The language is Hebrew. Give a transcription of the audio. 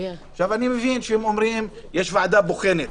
אני מבין שהם אומרים שיש ועדה בוחנת,